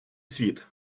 світ